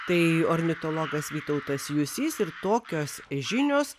tai ornitologas vytautas jusys ir tokios žinios